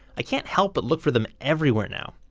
i can't help but look for them everywhere now.